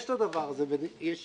יש את הדבר הזה, יש שיקול,